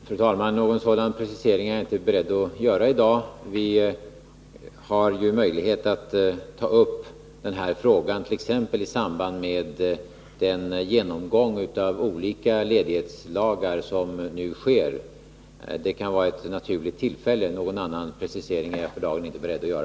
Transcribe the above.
Fru talman! Någon sådan precisering är jag inte beredd att göra i dag. Vi har möjlighet att ta upp den här frågan exempelvis i samband med den genomgång av olika ledighetslagar som nu sker. Det kan vara ett naturligt tillfälle. Någon annan precisering är jag för dagen inte beredd att göra.